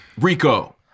Rico